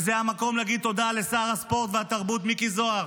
וזה המקום להגיד תודה לשר הספורט והתרבות מיקי זוהר,